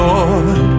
Lord